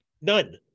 None